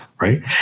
Right